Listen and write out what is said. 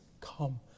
come